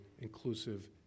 inclusive